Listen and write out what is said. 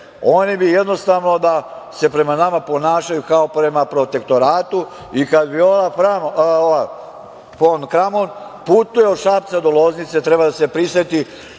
bi jednostavno da se prema nama ponašaju, kao prema protektoratu i kada bi ova fon Kramon putovala od Šapca do Loznice, treba da se priseti